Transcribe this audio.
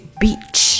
beach